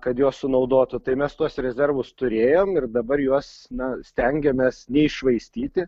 kad jos sunaudotų tai mes tuos rezervus turėjom ir dabar juos na stengiamės neiššvaistyti